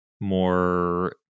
more